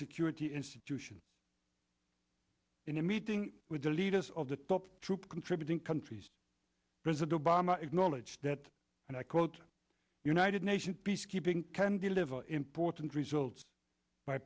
security institutions in a meeting with the leaders of the top troop contributing countries president obama acknowledged that and i quote united nations peacekeeping can deliver important results by